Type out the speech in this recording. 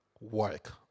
work